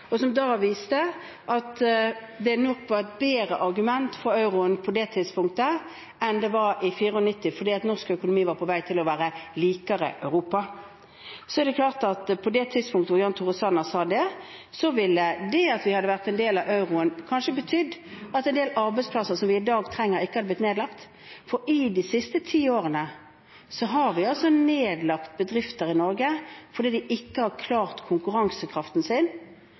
og som da viste at det nok var bedre argumenter for å innføre euro på det tidspunktet enn det var i 1994, fordi norsk økonomi var i ferd med å bli likere Europa for øvrig. Så på det tidspunktet da Jan Tore Sanner sa det, ville det å ha vært en del av eurosamarbeidet kanskje betydd at en del arbeidsplasser som vi i dag trenger, ikke hadde blitt nedlagt, for i løpet av de siste ti årene har vi nedlagt bedrifter i Norge fordi de ikke har klart å holde på konkurransekraften sin,